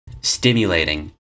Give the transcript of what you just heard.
stimulating